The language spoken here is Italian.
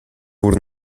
pur